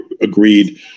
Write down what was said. agreed